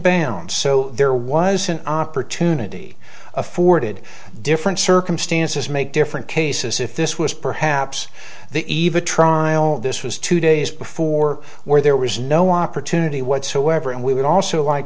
band so there was an opportunity afforded different circumstances make different cases if this was perhaps the eve of trial this was two days before where there was no opportunity whatsoever and we would also like